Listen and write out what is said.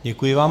Děkuji vám.